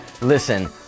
Listen